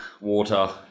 water